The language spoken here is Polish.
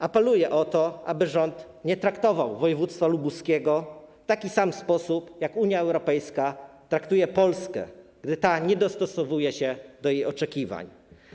Apeluję o to, aby rząd nie traktował województwa lubuskiego tak, jak Unia Europejska traktuje Polskę, gdy ta nie dostosowuje się do jej oczekiwań.